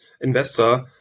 investor